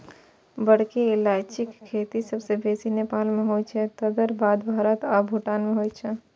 बड़की इलायचीक खेती सबसं बेसी नेपाल मे होइ छै, तकर बाद भारत आ भूटान मे होइ छै